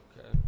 Okay